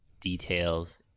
details